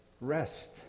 rest